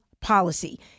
policy